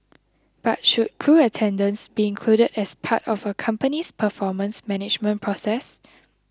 but should crew attendance be included as part of a company's performance management process